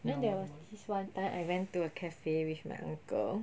then there was this one time I went to a cafe with my uncle